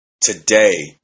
today